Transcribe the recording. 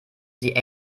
sie